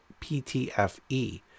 PTFE